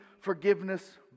forgiveness